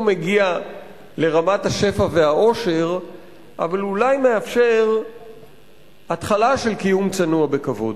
מגיע לרמת השפע והעושר אבל אולי מאפשר התחלה של קיום צנוע בכבוד.